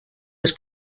was